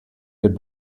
good